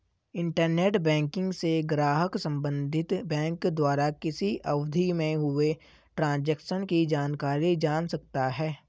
internet banking से ग्राहक संबंधित बैंक द्वारा किसी अवधि में हुए ट्रांजेक्शन की जानकारी जान सकता है